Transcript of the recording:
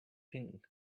thing